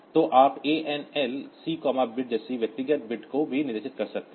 तो आप ANL Cbit जैसे व्यक्तिगत बिट को भी निर्दिष्ट कर सकते हैं